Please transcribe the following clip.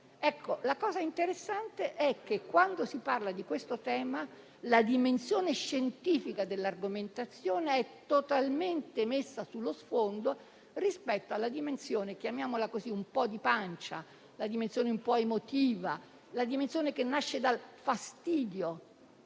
La cosa interessante è che, quando si parla di questo tema, la dimensione scientifica dell'argomentazione è totalmente messa sullo sfondo rispetto alla dimensione - chiamiamola così - un po' di pancia, emotiva, che nasce dal fastidio: